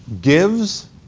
gives